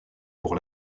pour